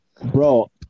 Bro